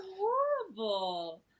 horrible